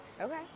okay